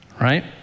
right